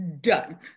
done